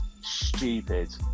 stupid